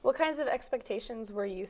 what kinds of expectations were you